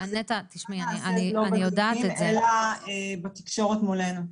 אולי לא בדיונים אלא בתקשורת מולנו.